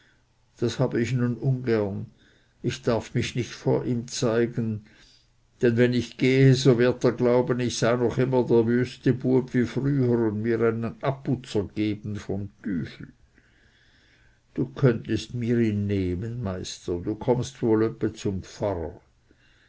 das habe ich nun ungern ich darf mich nicht vor ihm zeigen denn wenn ich gehe so wird er glauben ich sei noch immer der wüste bub wie früher und mir einen abputzer geben vom tüfel du könntest mir ihn nehmen meister du kommst wohl öppe zum pfarrer